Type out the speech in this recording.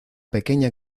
pequeña